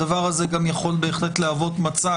הדבר הזה בהחלט יכול להוות מצע,